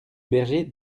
bergers